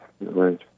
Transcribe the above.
right